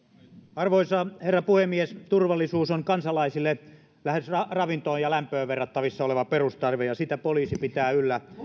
arvoisa herra puhemies turvallisuus on kansalaisille lähes ravintoon ja lämpöön verrattavissa oleva perustarve ja sitä poliisi pitää yllä